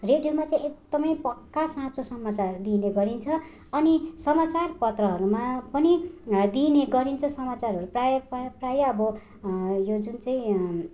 रेडियोमा चाहिँ एकदमै पक्का साँचो समाचार दिने गरिन्छ अनि समाचारपत्रहरूमा पनि दिइने गरिन्छ समाचारहरू प्रायः प्रायः प्रायः अब यो जुन चाहिँ